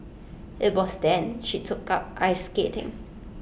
IT was then she took up ice skating